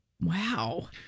Wow